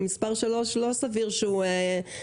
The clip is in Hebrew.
לא סביר שזה לפי התור.